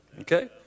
Okay